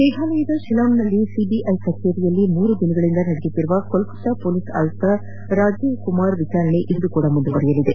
ಮೇಘಾಲಯದ ಶಿಲ್ಲಾಂಗ್ನಲ್ಲಿ ಸಿಬಿಐ ಕಚೇರಿಯಲ್ಲಿ ಮೂರುದಿನಗಳಿಂದ ನಡೆಯುತ್ತಿರುವ ಕೊಲ್ಲತ್ತಾ ಪೊಲೀಸ್ ಆಯುಕ್ತ ರಾಜೀವ್ಕುಮಾರ್ ವಿಚಾರಣೆ ಇಂದೂ ಸಹ ಮುಂದುವರೆಯಲಿದೆ